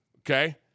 okay